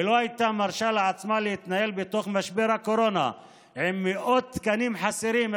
ולא הייתה מרשה לעצמה להתנהל בתוך משבר הקורונה עם מאות תקנים חסרים,